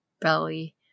belly